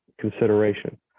consideration